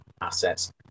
assets